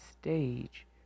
stage